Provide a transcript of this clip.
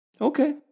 Okay